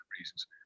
reasons